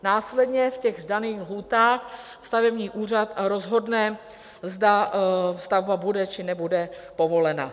Následně v daných lhůtách stavební úřad rozhodne, zda stavba bude, či nebude povolena.